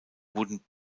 wurden